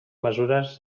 mesures